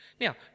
Now